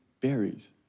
berries